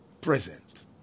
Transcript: present